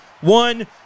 One